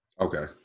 Okay